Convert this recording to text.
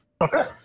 Okay